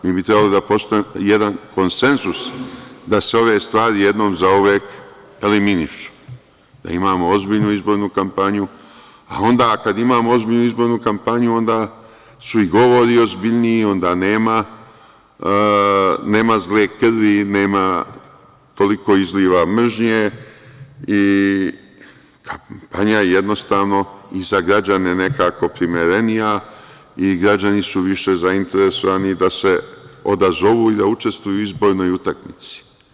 Mi bi trebali da postignemo jedan konsenzus, da se ove stvari jednom zauvek eliminišu, da imamo ozbiljnu izbornu kampanju, a onda, kad imamo ozbiljnu izbornu kampanju, onda su i govori ozbiljniji, onda nema zle krvi, nema toliko izliva mržnje i ona je jednostavno i za građane nekako primerenija i građani su više zainteresovani da se odazovu i da učestvuju u izbornoj utakmici.